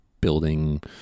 building